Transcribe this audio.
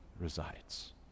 resides